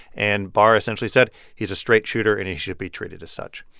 and barr essentially said he's a straight shooter, and he should be treated as such.